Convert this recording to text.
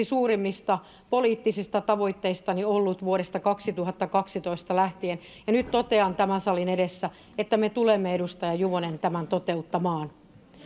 suurimmista poliittisista tavoitteistani vuodesta kaksituhattakaksitoista lähtien ja nyt totean tämän salin edessä että me tulemme edustaja juvonen tämän toteuttamaan